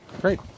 Great